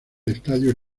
estadio